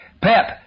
Pep